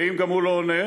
ואם גם הוא לא עונה,